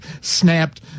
snapped